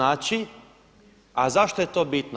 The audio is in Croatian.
A zašto je to bitno?